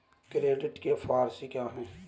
Credit के four C क्या हैं?